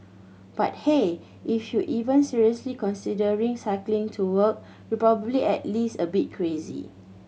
but hey if you're even seriously considering cycling to work you're probably at least a bit crazy